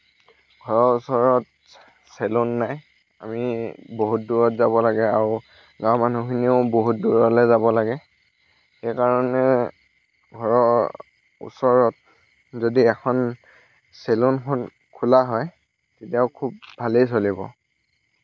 ঘৰৰ ওচৰত চেলুন নাই আমি বহুত দূৰত যাব লাগে আৰু গাঁৱৰ মানুহখিনিও বহুত দূৰলৈ যাব লাগে সেইকাৰণে ঘৰৰ ওচৰত যদি এখন চেলুন এখন খোলা হয় তেতিয়াও খুব ভালেই চলিব